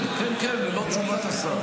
כן, כן, ללא תשובת השר.